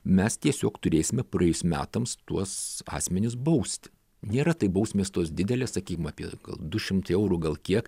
mes tiesiog turėsime praėjus metams tuos asmenis bausti nėra tai bausmės tos didelės sakykim apie du šimtai eurų gal kiek